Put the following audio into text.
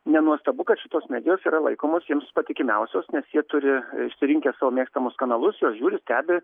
nenuostabu kad šitos medijos yra laikomos jiems patikimiausios nes jie turi išsirinkę savo mėgstamus kanalus juos žiūri stebi